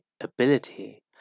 ability